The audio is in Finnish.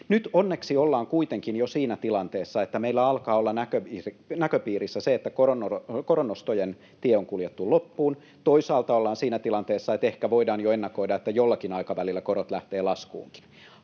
Nyt onneksi ollaan kuitenkin jo siinä tilanteessa, että meillä alkaa olla näköpiirissä se, että koronnostojen tie on kuljettu loppuun. Toisaalta ollaan siinä tilanteessa, että ehkä voidaan jo ennakoida, että jollakin aikavälillä korot lähtevät laskuunkin.